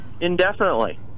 indefinitely